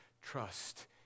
trust